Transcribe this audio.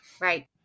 Right